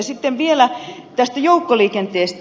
sitten vielä tästä joukkoliikenteestä